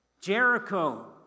Jericho